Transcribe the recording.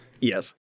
Yes